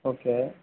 okay